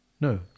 no